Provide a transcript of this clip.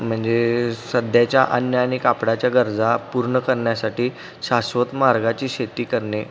म्हणजे सध्याच्या अन्न आणि कापडाच्या गरजा पूर्ण करण्यासाठी शाश्वत मार्गाची शेती करणे